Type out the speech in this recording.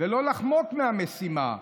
ולא לחמוק מהמשימה.